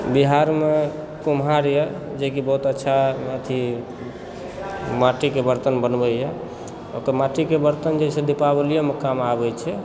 बिहारमे कुम्हार अछि जे कि बहुत अच्छा अथी माटिके बर्तन बनबैए ओकर माटिके बर्तन जे छै दिपावलियोमे काज आबै छै